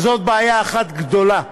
וזאת בעיה אחת גדולה,